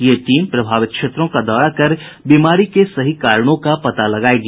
ये टीम प्रभावित क्षेत्रों का दौरा कर बीमारी के सही कारणों का पता लगायेगी